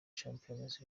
champions